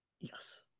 Yes